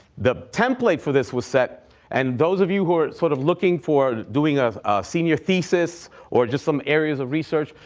the template for this was set and those of you who are sort of looking for doing a senior thesis or just some areas of research,